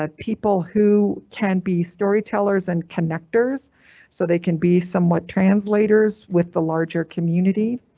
ah people who can be storytellers and connectors so they can be somewhat translators with the larger community.